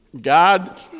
God